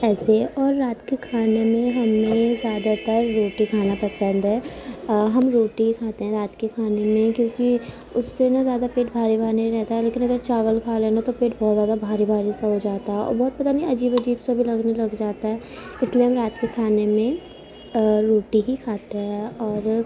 ایسے اور رات کے کھانے میں ہمیں زیادہ تر روٹی کھانا پسند ہے ہم روٹی ہی کھاتے ہیں رات کے کھانے میں کیونکہ اس سے نا زیادہ پیٹ بھاری باہر نہیں رہتا ہے لیکن اگر چاول کھا لیں نا تو پیٹ بہت زیادہ بھاری بھاری سا ہو جاتا ہے اور بہت پتہ نہیں عجیب عجیب سا بھی لگنے لگ جاتا ہے اس لیے ہم رات کے کھانے میں روٹی ہی کھاتے ہیں اور